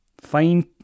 Fine